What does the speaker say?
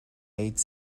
made